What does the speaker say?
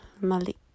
malik